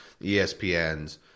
ESPNs